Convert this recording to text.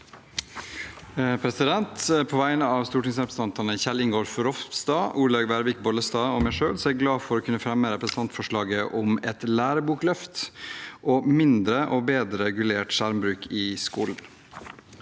På vegne av stor- tingsrepresentantene Kjell Ingolf Ropstad, Olaug Vervik Bollestad og meg selv er jeg glad for å kunne fremme et representantforslag om et lærebokløft og mindre og bedre regulert skjermbruk i skolen.